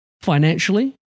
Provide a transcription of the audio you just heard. Financially